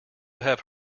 have